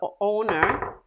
owner